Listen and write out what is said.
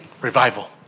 Revival